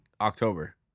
October